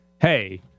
hey